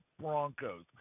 Broncos